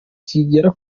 kigera